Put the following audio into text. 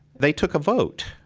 they took a vote,